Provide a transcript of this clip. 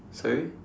sorry